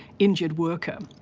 injured worker,